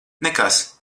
nekas